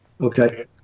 Okay